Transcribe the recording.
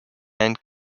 and